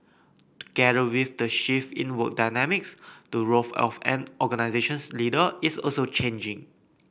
together with the shift in work dynamics the role of an organization's leader is also changing